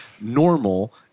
normal